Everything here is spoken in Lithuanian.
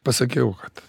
pasakiau kad